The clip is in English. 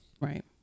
right